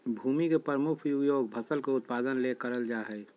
भूमि के प्रमुख उपयोग फसल के उत्पादन ले करल जा हइ